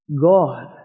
God